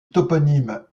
toponyme